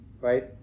right